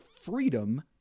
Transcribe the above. freedom